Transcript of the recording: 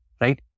right